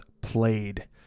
played